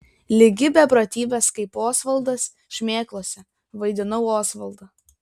ligi beprotybės kaip osvaldas šmėklose vaidinau osvaldą